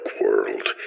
world